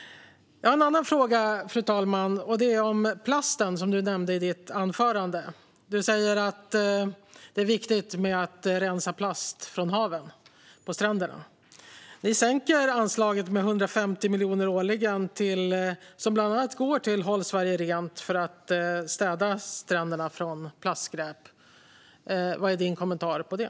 Jag har en annan fråga, fru talman, och den gäller plasten, som Kjell-Arne Ottosson nämnde i sitt anförande. Du säger att det är viktigt att rensa plast från haven och stränderna, men ni sänker anslaget, som bland annat går till Håll Sverige Rent för att städa stränderna från plastskräp, med 150 miljoner årligen. Vad är din kommentar till det?